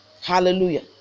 Hallelujah